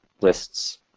lists